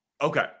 Okay